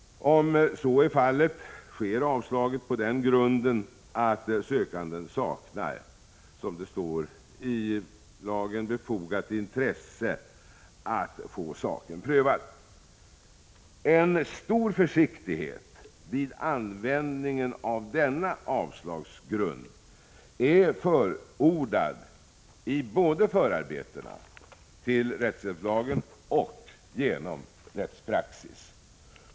Om så blir fallet, sker avslaget på den grunden att sökanden saknar, som det står i lagen, befogat intresse att få saken prövad. En stor försiktighet vid användningen av denna avslagsgrund är förordad både i förarbetena till rättshjälpslagen och genom rättspraxis.